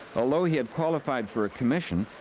although he had qualified for a commission,